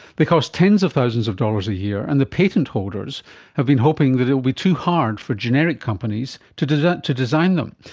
tens of thousands of dollars a year and the patent holders have been hoping that it will be too hard for generic companies to design to design them.